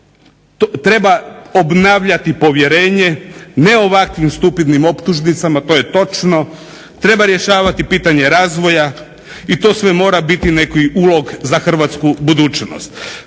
Treba obnavljati povjerenje ne ovakvim stupidnim optužnicama to je točno. Treba rješavati pitanje razvoja i to sve mora biti neki ulog za hrvatsku budućnost.